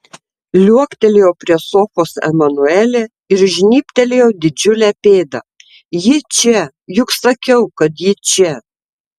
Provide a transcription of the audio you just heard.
liuoktelėjo prie sofos emanuelė ir žnybtelėjo didžiulę pėdą ji čia juk sakiau kad ji čia